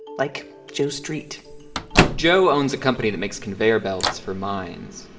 like joe street joe owns a company that makes conveyor belts for mines.